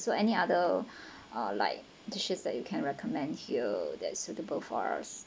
so any other uh like dishes that you can recommend here that's suitable for us